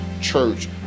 church